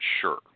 sure